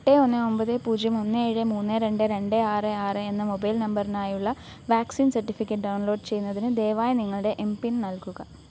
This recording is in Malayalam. എട്ട് ഒന്ന് ഒമ്പത് പൂജ്യം ഒന്ന് ഏഴ് മൂന്ന് രണ്ട് രണ്ട് ആറ് ആറ് എന്ന മൊബൈൽ നമ്പറിനായുള്ള വാക്സിൻ സർട്ടിഫിക്കറ്റ് ഡൗൺലോഡ് ചെയ്യുന്നതിന് ദയവായി നിങ്ങളുടെ എം പിൻ നൽകുക